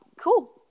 cool